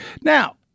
Now